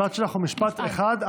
המשפט שלך הוא משפט אחד,